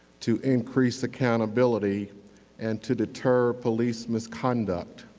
to increase accountability and to deter police misconduct.